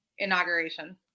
inauguration